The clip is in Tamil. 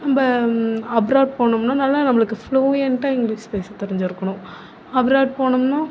நம்ம அப்ராட் போனோம்னா நல்லா நம்மளுக்கு ஃப்ளூயன்ட்டாக இங்கிலீஷ் பேச தெரிஞ்சுருக்கணும் அப்ராட் போனோம்னா